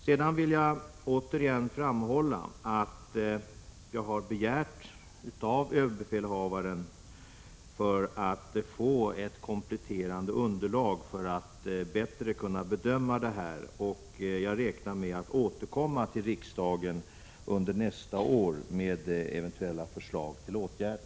Sedan vill jag återigen framhålla att jag avser att begära ett kompletterande underlag från överbefälhavaren för att bättre kunna bedöma det här. Jag räknar med att återkomma till riksdagen under nästa år med eventuella förslag till åtgärder.